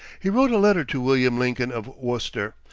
he wrote a letter to william lincoln, of worcester,